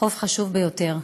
חוק חשוב ביותר,